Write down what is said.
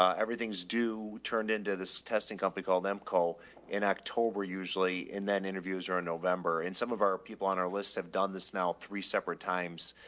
everything's do turned into this testing company. call them, call in october usually, and then interviews or in november in some of our people on our list have done this now three separate times.